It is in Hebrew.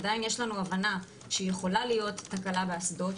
עדיין יש לנו הבנה שיכולה להיות תקלה באסדות,